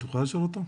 את יכולה לשאול אותו,